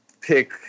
pick